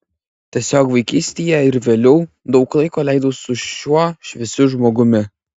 tiesiog vaikystėje ir vėliau daug laiko leidau su šiuo šviesiu žmogumi